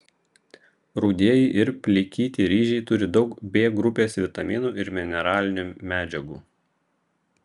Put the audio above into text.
rudieji ir plikyti ryžiai turi daug b grupės vitaminų ir mineralinių medžiagų